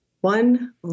one